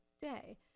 day